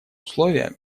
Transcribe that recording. условия